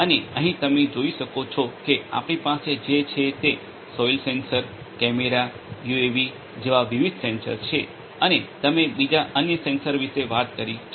અને અહીં તમે જોઈ શકો છો કે આપણી પાસે જે છે તે સોઈલ સેન્સર કેમેરા યુએવી જેવા વિવિધ સેન્સર છે અને તમે બીજા અન્ય સેન્સર વિશે વાત કરી છે